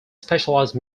specialized